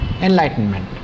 enlightenment